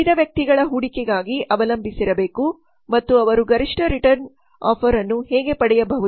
ವಿವಿಧ ವ್ಯಕ್ತಿಗಳ ಹೂಡಿಕೆಗಾಗಿ ಅವಲಂಬಿಸಿರಬೇಕು ಮತ್ತು ಅವರು ಗರಿಷ್ಠ ರಿಟರ್ನ್ ಆಫರ್ ಅನ್ನು ಹೇಗೆ ಪಡೆಯಬಹುದು